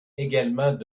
également